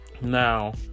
Now